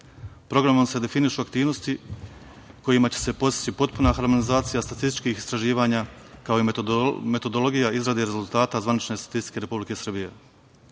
EU.Programom se definišu aktivnosti kojima će se postići potpuna harmonizacija statističkih istraživanja, kao i metodologija izrada rezultata zvanične statistike Republike Srbije. Osnovna